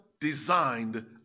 designed